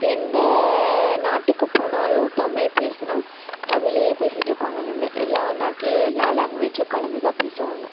இப்போ எந்த நாட்டுக்கு போனாலும் தமிழ் பேசுனால் தமிழே பேசிகிட்டு இருப்பாங்கனு இல்லை எல்லா நாட்லேயும் எல்லா லேங்வேஜும் கலந்துதான் பேசுவாங்க